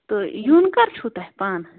تۄہہِ یُن کَر چھُو تۄہہِ پانہٕ